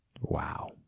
Wow